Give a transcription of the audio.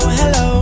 hello